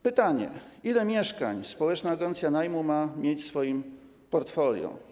Pytanie: Ile mieszkań społeczna agencja najmu ma mieć w swoim portfolio?